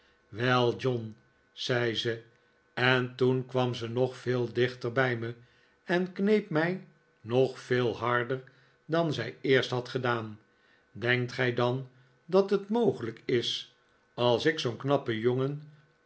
wel john zei ze en toen kwam ze nog veel dichter bij me en kneep mij nog veel harder dan zij eerst had gedaan denkt gij dan dat het mogelijk is als ik zoo'n knappen jongen